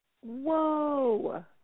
Whoa